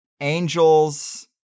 angels